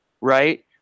right